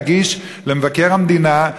נגיש למבקר המדינה,